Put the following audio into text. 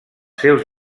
seus